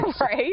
Right